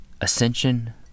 Ascension